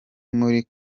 muri